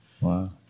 Wow